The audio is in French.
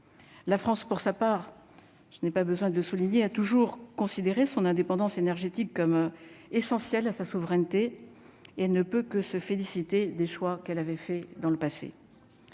la France, pour sa part, je n'ai pas besoin de souligner a toujours considéré son indépendance énergétique comme essentiel à sa souveraineté et ne peut que se féliciter des choix qu'elle avait fait dans le passé,